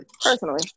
Personally